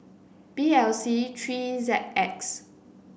B L C three Z X